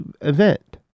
event